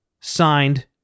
Signed